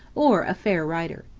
or a fair writer.